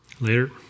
later